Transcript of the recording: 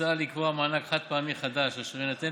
מוצע לקבוע מענק חד-פעמי חדש אשר יינתן